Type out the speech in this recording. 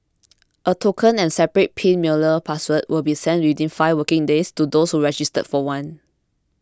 a token and separate pin mailer password will be sent within five working days to those who register for one